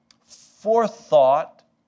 forethought